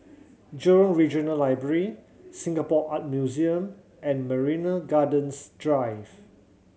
Jurong Regional Library Singapore Art Museum and Marina Gardens Drive